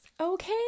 Okay